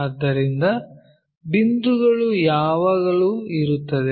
ಆದ್ದರಿಂದ ಬಿಂದುಗಳು ಯಾವಾಗಲೂ ಇರುತ್ತದೆ